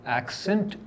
accent